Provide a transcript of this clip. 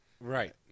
Right